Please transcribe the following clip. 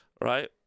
right